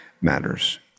matters